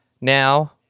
Now